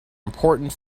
important